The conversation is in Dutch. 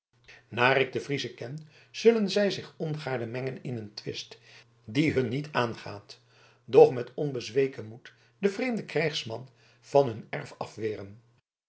naar ik de friezen ken zullen zij zich ongaarne mengen in een twist die hun niet aangaat doch met onbezweken moed den vreemden krijgsman van hun erf afweren